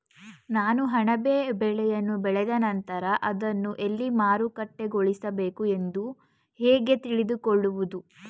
ನಾನು ಅಣಬೆ ಬೆಳೆಯನ್ನು ಬೆಳೆದ ನಂತರ ಅದನ್ನು ಎಲ್ಲಿ ಮಾರುಕಟ್ಟೆಗೊಳಿಸಬೇಕು ಎಂದು ಹೇಗೆ ತಿಳಿದುಕೊಳ್ಳುವುದು?